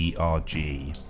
ERG